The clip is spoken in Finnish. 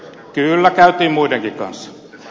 kyllä käytiin muidenkin kanssa